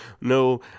no